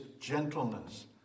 gentleness